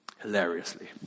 Hilariously